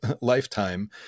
lifetime